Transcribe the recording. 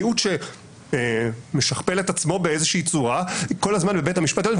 מיעוט שמשכפל את עצמו באיזושהי צורה כל הזמן בבית המשפט העליון,